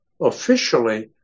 officially